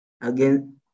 again